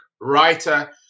writer